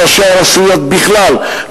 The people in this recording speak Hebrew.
ראשי הרשויות בכלל,